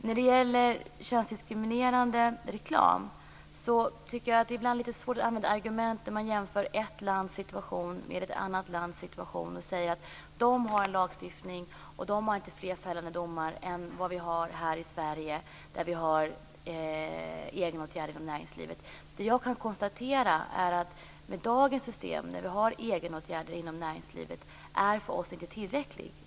När det gäller könsdiskriminerande reklam tycker jag ibland att det är lite svårt att använda argument där man jämför ett lands situation med annat lands situation och säger: De har en lagstiftning och de har inte fler fällande domar än vi har i Sverige, där vi har egenåtgärder inom näringslivet. Det jag kan konstatera är att dagens system, med egenåtgärder inom näringslivet, för oss inte är tillräckligt.